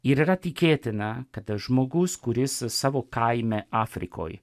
ir yra tikėtina kad žmogaus kuris savo kaime afrikoj